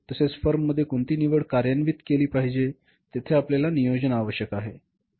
तसेच फर्म मध्ये कोणती निवड कार्यान्वित केले पाहिजे तेथे आपल्याला नियोजन आवश्यक आहे